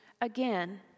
again